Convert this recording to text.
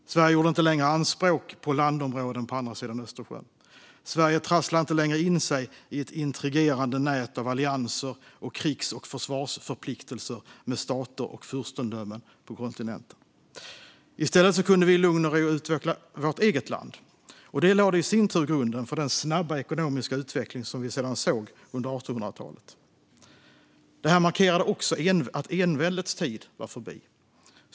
Sverige gjorde inte längre anspråk på landområden på andra sidan Östersjön. Sverige trasslade inte längre in sig i ett intrigerande nät av allianser och krigs och försvarsförpliktelser med stater och furstendömen på kontinenten. I stället kunde vi i lugn och ro utveckla vårt eget land. Det lade i sin tur grunden för den snabba ekonomiska utveckling som man sedan såg under 1800-talet. Det här markerade också att enväldets tid var förbi.